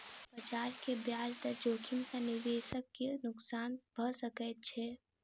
बजार के ब्याज दर जोखिम सॅ निवेशक के नुक्सान भ सकैत छै